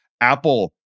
Apple